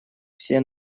все